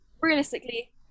Realistically